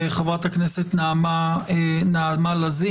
חברת הכנסת נעמה לזימי,